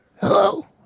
hello